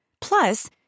Plus